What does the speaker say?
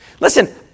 Listen